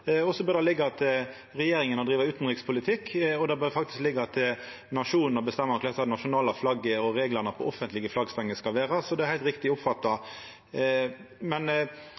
bør liggja til regjeringa å driva utanrikspolitikk, og det bør faktisk liggja til nasjonen å bestemma korleis det nasjonale flagget og reglane for offentlege flaggstenger skal vera. Det er heilt riktig oppfatta. Men